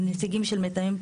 הם נציגים של מתאם.